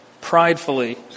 pridefully